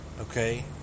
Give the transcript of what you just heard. Okay